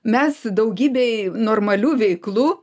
mes daugybei normalių veiklų